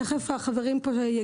תכף החברים יגידו גם.